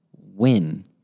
win